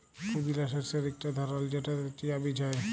পুদিলা শস্যের ইকট ধরল যেটতে চিয়া বীজ হ্যয়